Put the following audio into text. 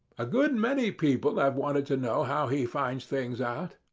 a good many people have wanted to know how he finds things out.